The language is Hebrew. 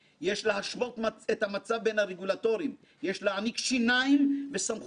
הבנקים ולרשות שוק ההון ולוודא שהם משתמשים בהן.